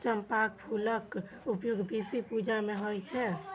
चंपाक फूलक उपयोग बेसी पूजा मे होइ छै